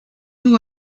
who